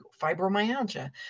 fibromyalgia